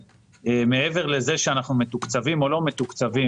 מעבר לזה שאנחנו מתוקצבים או לא מתוקצבים,